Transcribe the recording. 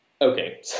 okay